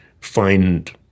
find